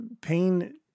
Pain